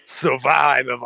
survive